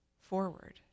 forward